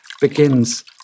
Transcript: begins